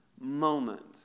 moment